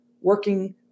working